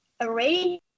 array